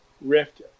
Rift